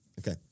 Okay